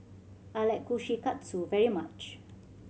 I like Kushikatsu very much